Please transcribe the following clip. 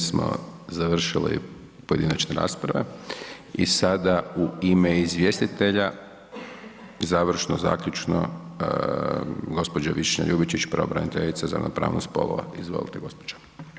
Time smo završili pojedinačne rasprave i sada u ime izvjestitelja završno, zaključno gđa. Višnja Ljubičić, pravobraniteljica za ravnopravnost spolova, izvolite gospođo.